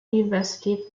university